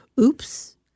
oops